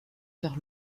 vers